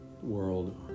world